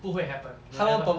不会 happen it will never hap~